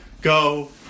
Go